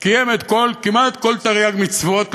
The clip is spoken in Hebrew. קיים כמעט את כל תרי"ג מצוות,